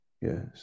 Yes